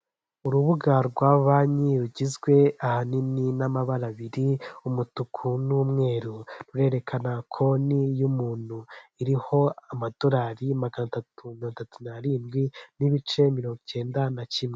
Hoteli bita rebanoni ifite amarangi meza agiye atandukanye ndetse n'ibiti biyikikije bigiye bitandukanye, aho abanyamahanga ndetse n'abenegihugu baza kuruhukira.